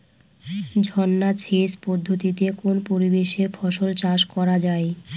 ঝর্না সেচ পদ্ধতিতে কোন পরিবেশে ফসল চাষ করা যায়?